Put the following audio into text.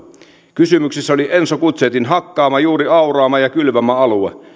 kysymyksessä oli enso gutzeitin hakkaama juuri auraama ja kylvämä alue